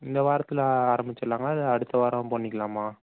இந்த வாரத்தில் ஆரமிச்சிடலாங்களா இல்லை அடுத்த வாரம் பண்ணிக்கலாமா